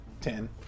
Ten